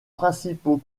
principaux